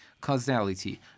causality